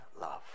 love